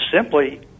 simply